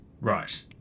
right